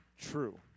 true